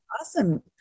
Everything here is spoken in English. Awesome